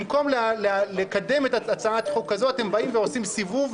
במקום לקדם את הצעת החוק הזאת אתם עושים סיבוב,